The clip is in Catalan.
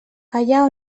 allà